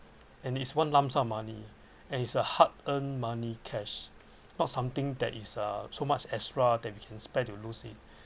and it's one lump sum of money and is a hard earn money cash not something that is uh so much extra that we can spend to lose it